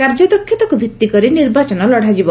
କାର୍ଯ୍ୟ ଦକ୍ଷତାକୁ ଭିତ୍ତି କରି ନିର୍ବାଚନ ଲଢ଼ାଯିବ